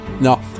no